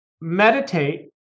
meditate